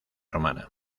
romana